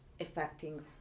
affecting